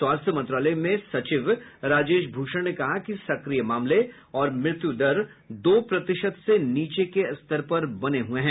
स्वास्थ्य मंत्रालय में सचिव राजेश भूषण ने कहा कि सक्रिय मामले और मृत्युदर दो प्रतिशत से नीचे के स्तर पर बनी हुई है